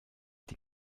die